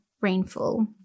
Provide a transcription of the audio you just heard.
rainfall